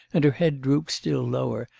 and her head drooped still lower,